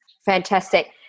Fantastic